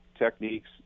Techniques